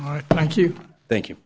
all right thank you thank you